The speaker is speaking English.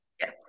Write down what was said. Yes